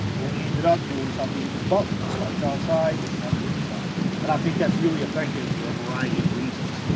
and we ended up doing something that was both, it starts outside, it comes inside. and i think that's really effective for a variety of reasons,